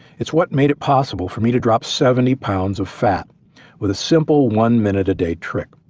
it's what made it possible for me to drop seventy pounds of fat with a simple one minute a day trick.